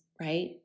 right